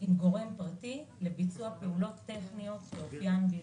עם גורם פרטי לביצוע פעולות טכניות באופיין בלבד,